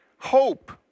Hope